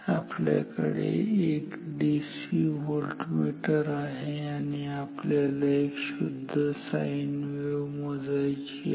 आपल्याकडे एक DC voltmeter आहे आणि आपल्याला एक शुद्ध साईन वेव्ह मोजायचा आहे